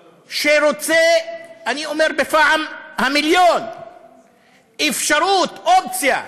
שרוצה, אני אומר בפעם המיליון, אפשרות, אופציה,